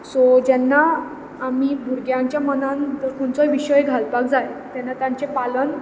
so जेन्ना आमी भुरग्यांच्या मनान ज खंयचोय विशय घालपाक जाय तेन्ना तांचें पालन